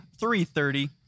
330